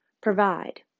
provide